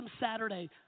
Saturday